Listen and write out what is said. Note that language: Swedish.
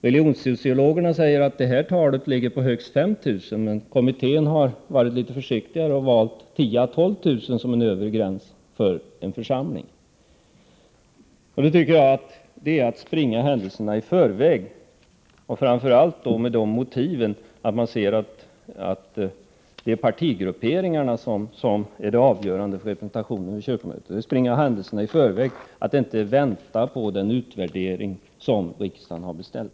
Religionssociologerna talar om högst 5 000, men kyrkokommittén har varit litet försiktigare och valt 10 000-12 000 som en övre gräns för en församling. Det är att springa händelserna i förväg, framför allt med motiveringen att det är partigrupperingar som är avgörande för representationen i kyrkomötet, att inte vänta på den utvärdering som riksdagen har beställt.